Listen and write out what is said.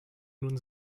nun